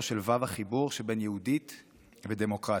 של וי"ו החיבור שבין יהודית ודמוקרטית.